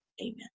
Amen